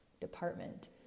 department